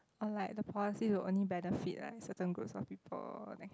or like the policies will only benefit like certain groups of people that kind